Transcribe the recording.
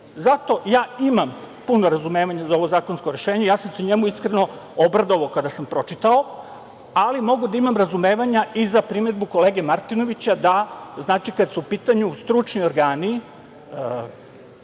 ja imam puno razumevanje za ovo zakonsko rešenje i ja sam se njemu iskreno obradovao kada sam pročitao, ali mogu da imam razumevanja i za primedbu kolege Martinovića da kada su u pitanju stručni organi